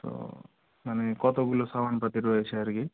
ও মানে কতগুলো সামানপাতি রয়েছে আর কি